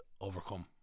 overcome